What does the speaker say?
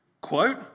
Quote